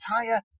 entire